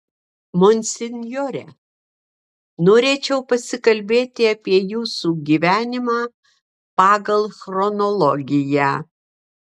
monsinjore norėčiau pasikalbėti apie jūsų gyvenimą pagal chronologiją